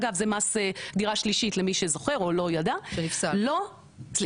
אגב זה מס דירה שלישית למי שזוכר או לא ידע לא ידע.